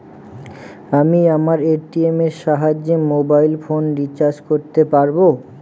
আমি আমার এ.টি.এম এর সাহায্যে মোবাইল ফোন রিচার্জ করতে পারব?